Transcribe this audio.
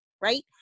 right